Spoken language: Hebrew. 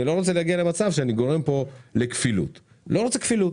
אני לא רוצה להגיע למצב שאני גורם פה לכפילות כי אני לא רוצה כפילות.